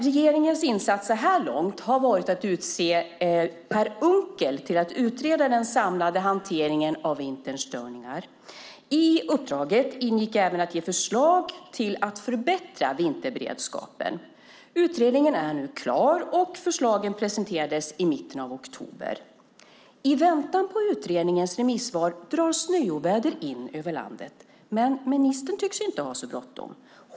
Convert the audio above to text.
Regeringens insats så här långt har varit att utse Per Unckel att utreda den samlade hanteringen av vinterns störningar. I uppdraget ingick även att ge förslag till att förbättra vinterberedskapen. Utredningen är nu klar, och förslagen presenterades i mitten av oktober. I väntan på utredningens remissvar drar snöoväder in över landet, men ministern tycks inte ha bråttom.